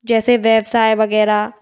जैसे व्यवसाय वग़ैरह